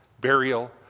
burial